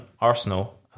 Arsenal